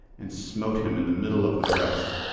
and smote him in the middle of the breast,